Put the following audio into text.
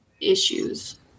issues